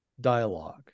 dialogue